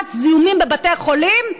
למניעת זיהומים בבתי החולים,